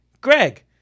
Greg